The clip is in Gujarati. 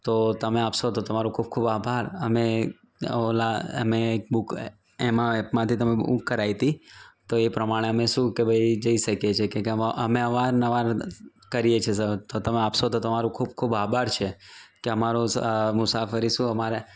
તો તમે આપશો તો તમારો ખૂબ ખૂબ આભાર અમે ઓલા અમે એક બુક એમાં એપમાંથી અમે બૂક કરાવી હતી તો એ પ્રમાણે અમે શું કે ભાઈ જઈ શકીએ છીએ કે કેમકે અમે અવાર નવાર કરીએ સ છીએ તો તમે આપશો તો તમારો ખૂબ ખૂબ આભાર છે કે અમારો સ મુસાફરી શું અમારે